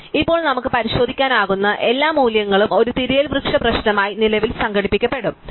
അതിനാൽ ഇപ്പോൾ നമുക്ക് പരിശോധിക്കാനാകുന്ന എല്ലാ മൂല്യങ്ങളും ഒരു തിരയൽ വൃക്ഷ പ്രശ്നമായി നിലവിൽ സംഘടിപ്പിക്കപ്പെടും